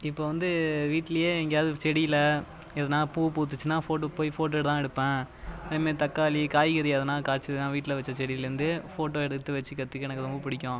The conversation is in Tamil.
இப்போது வந்து வீட்டிலேயே எங்கேயாவது செடியில் எதுன்னால் பூ பூத்துச்சுனா ஃபோட்டோ போய் ஃபோட்டோ தான் எடுப்பேன் அதேமாதிரி தக்காளி காய்கறி எதனால் காய்ச்சிதுனால் வீட்டில் வச்சு செடியிலேருந்து ஃபோட்டோ எடுத்து வச்சுக்கிறதுக்கு எனக்கு ரொம்ப பிடிக்கும்